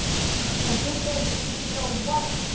yes, ma'am. cause this baby needs to know what.